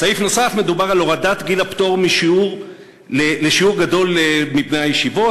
בסעיף נוסף מדובר על הורדת גיל הפטור לשיעור גדול מבני הישיבות